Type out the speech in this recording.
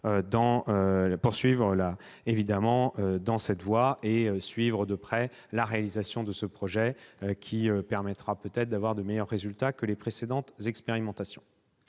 poursuivre dans cette voie et suivre de près la réalisation de ce projet, qui permettra peut-être d'avoir de meilleurs résultats que les précédentes expérimentations.